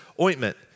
ointment